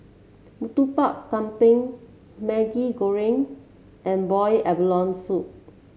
Murtabak Kambing Maggi Goreng and Boiled Abalone Soup